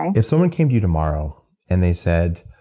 and if someone came to you tomorrow and they said,